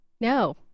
No